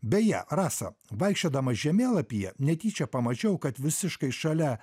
beje rasa vaikščiodamas žemėlapyje netyčia pamačiau kad visiškai šalia